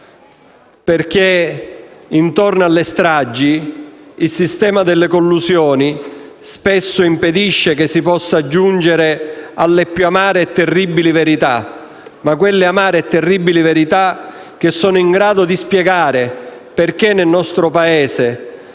perché intorno alle stragi il sistema delle collusioni spesso impedisce che si possa giungere alle più amare e terribili verità. Ma quelle amare e terribili verità sono in grado di spiegare perché nel nostro Paese,